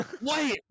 Wait